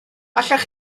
allech